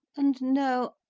and no,